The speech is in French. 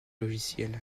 logiciel